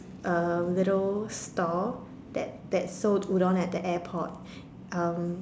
uh little stall that that sold udon at the airport um